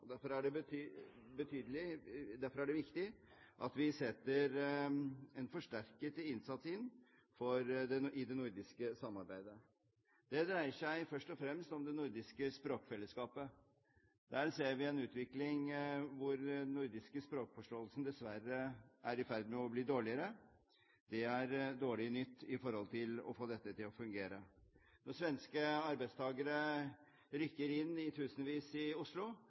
Derfor er det viktig at vi forsterker innsatsen i det nordiske samarbeidet. Det dreier seg først og fremst om det nordiske språkfellesskapet. Der ser vi en utvikling hvor den nordiske språkforståelsen dessverre er i ferd med å bli dårligere. Det er dårlig nytt for å få dette til å fungere. Når svenske arbeidstakere rykker inn i Oslo i tusenvis,